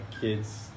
kids